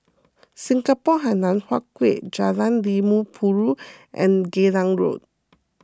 Singapore Hainan Hwee Kuan Jalan Limau Purut and Geylang Road